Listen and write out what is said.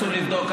כשרצו לבדוק.